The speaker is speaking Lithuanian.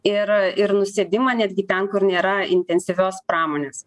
ir ir nusėdimą netgi ten kur nėra intensyvios pramonės